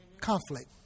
Conflict